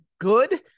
Good